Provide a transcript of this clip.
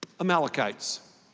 Amalekites